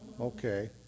Okay